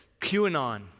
QAnon